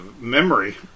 memory